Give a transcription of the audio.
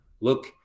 Look